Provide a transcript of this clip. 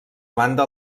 banda